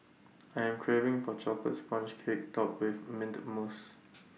I am craving for A Chocolate Sponge Cake Topped with Mint Mousse